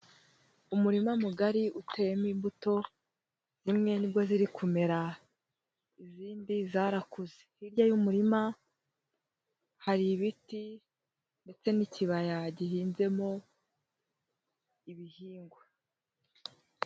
Umurima mugari uteyemo imbuto, zimwe nibwo ziri kumera, izindi zarakuze. Hirya y'umurima hari ibiti ndetse n'ikibaya gihinzemo ibihingwa.